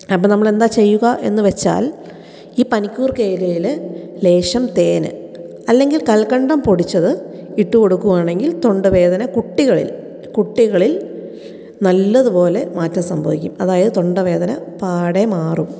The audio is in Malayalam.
അപ്പം നമ്മൾ എന്താ ചെയ്യുക എന്ന് വെച്ചാൽ ഈ പനിക്കൂർക്ക ഇലയിൽ ലേശം തേൻ അല്ലെങ്കിൽ കൽക്കണ്ടം പൊടിച്ചത് ഇട്ടു കൊടുക്കുകയാണെങ്കിൽ തൊണ്ട വേദന കുട്ടികളിൽ കുട്ടികളിൽ നല്ലതുപോലെ മാറ്റം സംഭവിക്കും അതായത് തൊണ്ടവേദന പാടെ മാറും